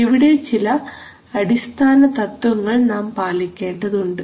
ഇവിടെ ചില അടിസ്ഥാന തത്വങ്ങൾ നാം പാലിക്കേണ്ടതുണ്ട്